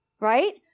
right